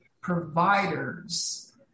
providers